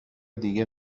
دیگه